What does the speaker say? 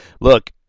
Look